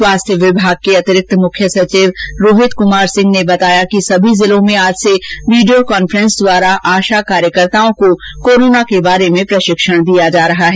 स्वास्थ्य विभाग के अतिरिक्त मुख्य सचिव रोहित कुमार सिंह ने बताया कि सभी जिलों में आज से वीडियो कॉन्फ्रेंसिंग द्वारा आशा कार्यकर्ताओं को कोरोना से संबंधित प्रशिक्षण दिया जा रहा है